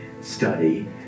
study